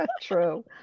True